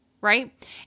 Right